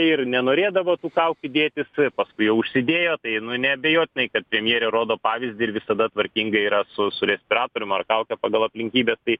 ir nenorėdavo tų kaukių dėtis paskui jau užsidėjo tai nu neabejotinai kad premjerė rodo pavyzdį ir visada tvarkingai yra su su respiratorium ar kauke pagal aplinkybes tai